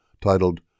titled